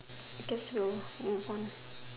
because you move on